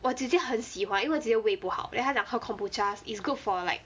我姐姐很喜欢因为我姐姐胃不好 then 她讲喝 kombucha is good for like